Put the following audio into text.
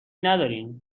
ندارین